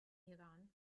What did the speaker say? iran